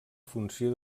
funció